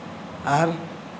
ᱟᱨ